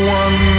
one